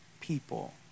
people